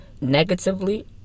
negatively